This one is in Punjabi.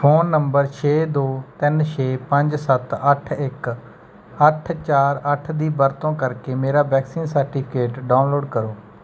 ਫ਼ੋਨ ਨੰਬਰ ਛੇ ਦੋ ਤਿੰਨ ਛੇ ਪੰਜ ਸੱਤ ਅੱਠ ਇੱਕ ਅੱਠ ਚਾਰ ਅੱਠ ਦੀ ਵਰਤੋਂ ਕਰਕੇ ਮੇਰਾ ਵੈਕਸੀਨ ਸਰਟੀਫਿਕੇਟ ਡਾਊਨਲੋਡ ਕਰੋ